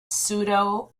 pseudo